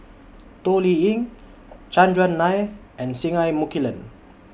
Toh Liying Chandran Nair and Singai Mukilan